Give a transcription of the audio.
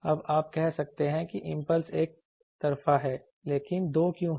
अब आप कह सकते हैं कि इंपल्स एक तरफा है लेकिन दो क्यों हैं